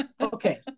okay